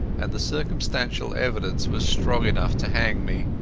and the circumstantial evidence was strong enough to hang me.